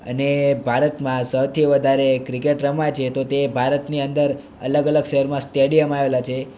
અને ભારતમાં સૌથી વધારે ક્રિકેટ રમાય છે તો તે ભારતની અંદર અલગ અલગ શહેરમાં સ્ટેડિયમ આવેલાં છે